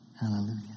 Hallelujah